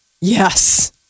Yes